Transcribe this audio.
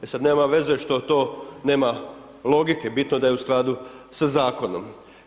E sad nema veze što to nema logike, bitno da je u skladu sa zakonom.